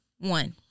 one